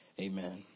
Amen